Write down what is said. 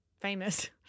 famous